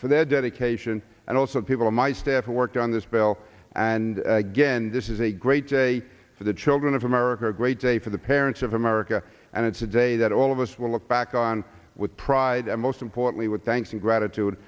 their dedication and also people on my staff who worked on this bill and again this is a great day for the children of america great day for the parents of america and it's a day that all of us will look back on with pride and most importantly with thanks and gratitude